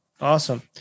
Awesome